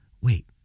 Wait